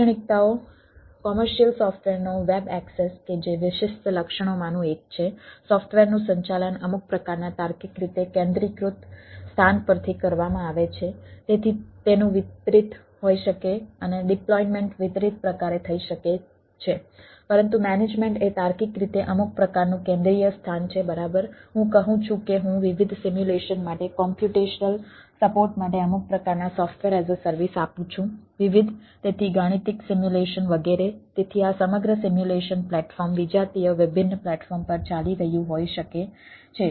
લાક્ષણિકતાઓ કોમર્શિયલ પર હોઈ શકે છે પરંતુ એકંદર મેનેજમેન્ટ તાર્કિક રીતે કેન્દ્રિય પ્રકારની વસ્તુઓ છે